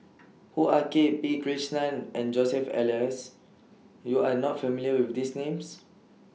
Hoo Ah Kay P Krishnan and Joseph Elias YOU Are not familiar with These Names